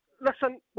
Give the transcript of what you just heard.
listen